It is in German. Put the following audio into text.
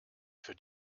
für